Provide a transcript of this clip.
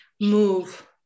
move